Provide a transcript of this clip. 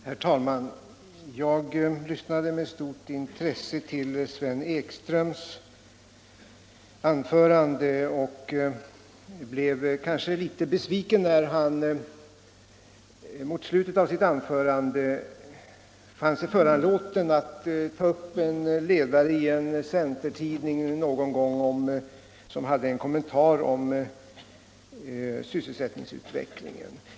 Herr talman! Jag lyssnade med stort intresse till herr Ekströms anförande och blev kanske litet besviken när han mot slutet fann sig föranlåten att ta upp en ledare som någon gång funnits i en centertidning och som hade en kommentar om sysselsättningsutvecklingen.